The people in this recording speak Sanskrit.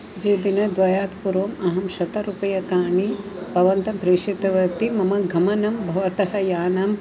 ये दिनद्वयात् पूर्वम् अहं शतरूप्यकाणि भवन्तं प्रेषितवती मम गमनं भवतः यानम्